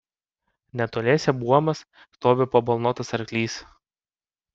netoliese buomas stovi pabalnotas arklys